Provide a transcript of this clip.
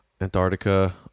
Antarctica